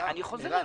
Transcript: אני חוזר אליו.